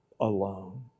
alone